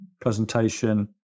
presentation